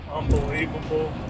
Unbelievable